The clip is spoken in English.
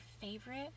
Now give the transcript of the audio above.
favorite